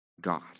God